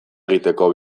egiteko